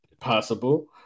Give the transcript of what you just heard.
Possible